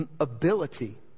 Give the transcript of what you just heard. ability